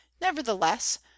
Nevertheless